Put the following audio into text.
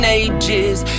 ages